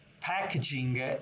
packaging